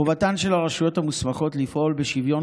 חובתן של הרשויות המוסמכות לפעול בשוויון